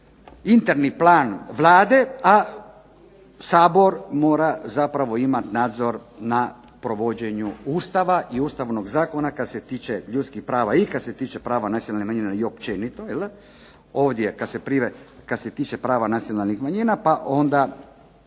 interni plan Vlade, a Sabor mora zapravo imat nadzor na provođenju Ustava i ustavnog zakona kad se tiče ljudskih prava i kad se tiče prava nacionalnih manjina i općenito. Ovdje kad se tiče prava nacionalnih manjina pa onda